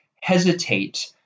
hesitate